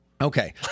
Okay